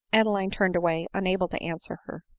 adeline turned away, unable to answer her.